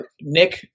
Nick